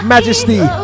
Majesty